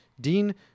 Dean